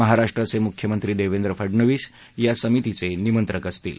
महाराष्ट्राचे मुख्यमंत्री देवेंद्र फडनवीस या समितीचे निमंत्रक असतील